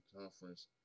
conference